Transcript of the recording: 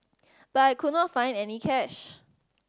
but I could not find any cash